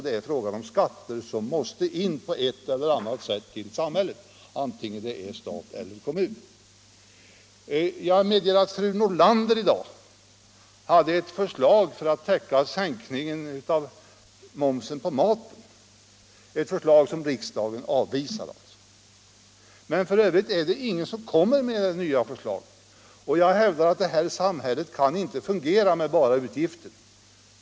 Det är fråga om skatter som på ett eller annat sätt måste in till samhället — till stat eller kommun. Jag medger att fru Nordlander i dag hade ett förslag för att täcka sänkningen av momsen på mat, ett förslag som riksdagen avvisat. Men f. ö. är det ingen som kommer med förslag till nya inkomster för staten, och jag hävdar att detta samhälle inte kan fungera med bara utgifter.